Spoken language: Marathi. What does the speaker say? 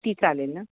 ती चालेल ना